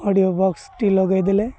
audio ବକ୍ସଟି ଲଗାଇଦେଲେ